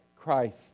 Christ